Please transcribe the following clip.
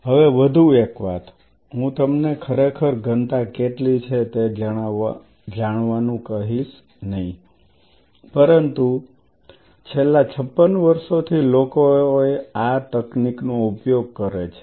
હવે વધુ એક વાત હું તમને ખરેખર ઘનતા કેટલી છે તે જાણવાનું કહીશ નહીં પરંતુ છેલ્લાં 56 વર્ષોથી લોકો આ તકનીક નો ઉપયોગ કરે છે